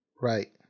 Right